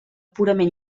purament